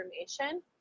information